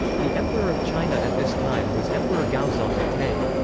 the emperor of china at this time was emperor gaozong of tang.